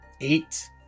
eight